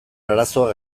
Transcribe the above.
arazoa